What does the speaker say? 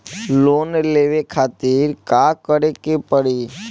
Loan लेवे खातिर का करे के पड़ी?